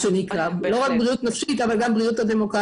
לא רק בריאות נפשית אלא גם בריאות הדמוקרטיה.